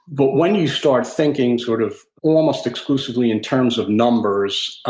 but when you start thinking sort of almost exclusively in terms of numbers,